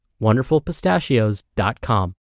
wonderfulpistachios.com